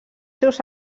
seus